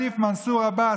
הבא,